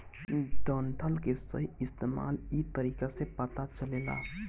डंठल के सही इस्तेमाल इ तरीका से पता चलेला